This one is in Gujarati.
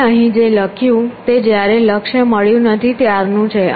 મેં અહીં જે લખ્યું તે જ્યારે લક્ષ્ય મળ્યું નથી ત્યારનું છે